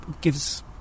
gives